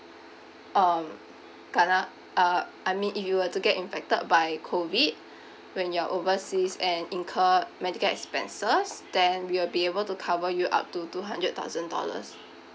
um kena uh I mean if you were to get infected by COVID when you are overseas and incur medical expenses then we'll be able to cover you up to two hundred thousand dollars